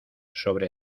sobre